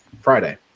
Friday